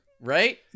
Right